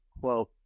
quote